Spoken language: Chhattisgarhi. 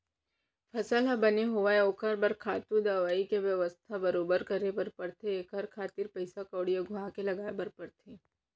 फसल ह बने होवय ओखर बर धातु, दवई के बेवस्था बरोबर करे बर परथे एखर खातिर पइसा कउड़ी अघुवाके लगाय बर परथे